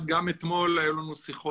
מדובר בדיון שישי.